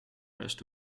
best